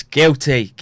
guilty